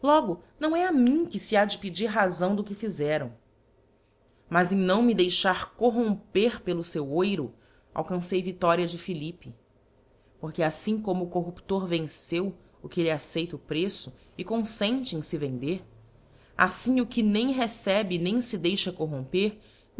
logo não é a mim que fe ha de pedir razão do que fizeram mas em não me deixar corrom per pelo feu oiro alcancei viíloria de philippe porqu aítim como o corruptor venceu o que lhe acceita preço e confente em fe vender aflim o que nem receb nem fe deixa corromper